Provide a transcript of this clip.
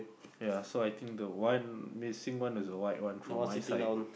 yea so I think the one missing one that's the white one for my side